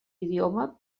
idioma